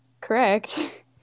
correct